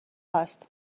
هست